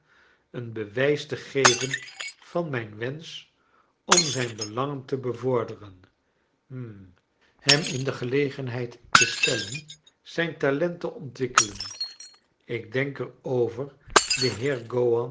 een bewijs te geven van mijn wensch om zijn belangen te bevorderen hm hem in de gelegenheid te stellen zijn talent te ontwikkelen ik denk er over den heer